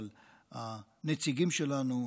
אבל הנציגים שלנו,